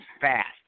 fast